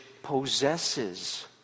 possesses